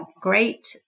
great